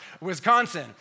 Wisconsin